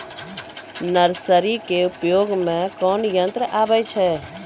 Nursery के उपयोग मे कोन यंत्र आबै छै?